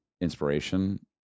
inspiration